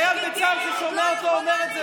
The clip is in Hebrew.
חייל בצה"ל ששומע אותו אומר את זה,